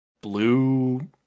blue